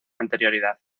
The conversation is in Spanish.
anterioridad